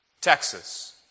Texas